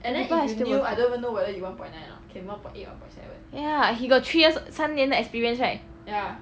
people are still working ya he got three years 三年的 experience right